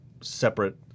separate